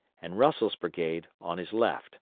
and russell's brigade on his left.